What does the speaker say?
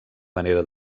manera